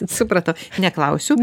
supratau neklausiu